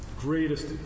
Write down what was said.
greatest